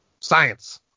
science